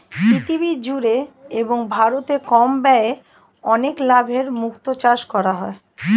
পৃথিবী জুড়ে এবং ভারতে কম ব্যয়ে অনেক লাভে মুক্তো চাষ করা হয়